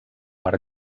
art